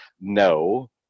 No